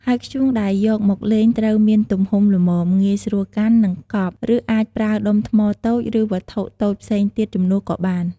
ហើយធ្យូងដែលយកមកលេងត្រូវមានទំហំល្មម ងាយស្រួលកាន់ និងកប់ ឬអាចប្រើដុំថ្មតូច ឬវត្ថុតូចផ្សេងទៀតជំនួសក៏បាន។